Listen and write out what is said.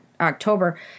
October